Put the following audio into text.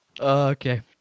Okay